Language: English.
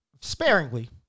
sparingly